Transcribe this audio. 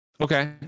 Okay